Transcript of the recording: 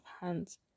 hands